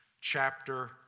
Chapter